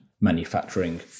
manufacturing